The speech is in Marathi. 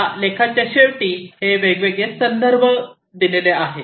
या लेखाच्या शेवटी हे वेगवेगळे संदर्भ आहेत